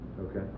Okay